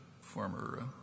former